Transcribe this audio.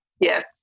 Yes